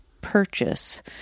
purchase